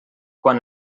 quan